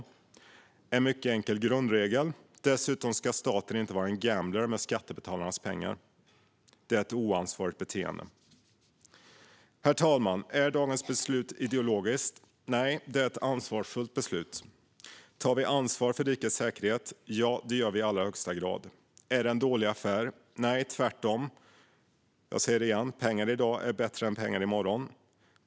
Det är en mycket enkel grundregel. Dessutom ska inte staten vara en gambler med skattebetalarnas pengar. Det är ett oansvarigt beteende. Herr talman! Är dagens beslut ideologiskt? Nej, det är ett ansvarsfullt beslut. Tar vi ansvar för svensk säkerhetspolitik? Ja, det gör vi i allra högsta grad. Är det en dålig affär? Nej, tvärtom. Jag säger det igen: Pengar i dag är bättre än pengar i morgon.